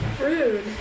Rude